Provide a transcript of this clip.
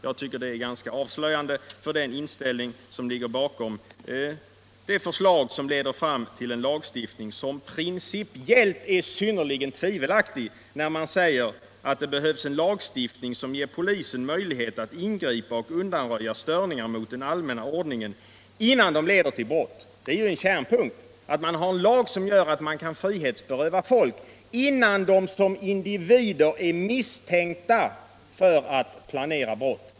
Jag tycker att det är ganska avslöjande för den inställning som ligger bakom denna lagstiftning, som principiellt är synnerligen tvivelaktig, man säger att det behövs en lagstiftning som ger polisen möjlighet att ingripa mot och undanröja störningar mot den allmänna ordningen, innan de leder till brott. Det är en kärnpunkt att man har en lag som gör det möjligt att beröva människor friheten, innan de som individer är misstänkta för att ha planerat brott.